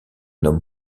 homme